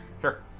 Sure